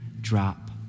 drop